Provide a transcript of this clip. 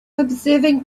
observing